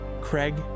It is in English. Craig